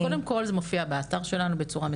קודם כל זה מופיע באתר שלנו,